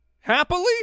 happily